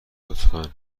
لطفا